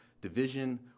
division